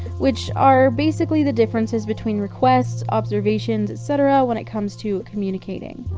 which are basically the differences between requests, observations, etc, when it comes to communicating.